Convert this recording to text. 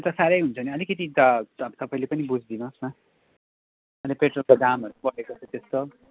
त्यो त साह्रै हुन्छ नि अलिकति त तपाईँले पनि बुझिदिनुहोस् न अहिले पेट्रोलको दामहरू बढेको छ त्यो सब